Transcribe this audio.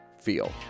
feel